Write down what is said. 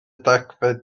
degfed